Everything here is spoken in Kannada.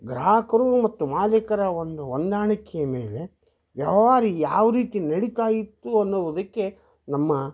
ಗ್ರಾಹಕರು ಮತ್ತು ಮಾಲೀಕರ ಒಂದು ಹೊಂದಾಣಿಕೆಯ ಮೇಲೆ ವ್ಯವಹಾರ ಯಾವ ರೀತಿ ನಡಿತಾ ಇತ್ತು ಅನ್ನುವುದಕ್ಕೆ ನಮ್ಮ